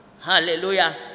Hallelujah